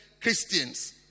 Christians